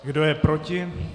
Kdo je proti?